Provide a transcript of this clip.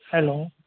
hello